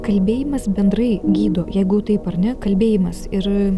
kalbėjimas bendrai gydo jeigu taip ar ne kalbėjimas ir